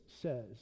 says